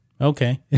okay